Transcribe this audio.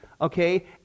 okay